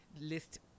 list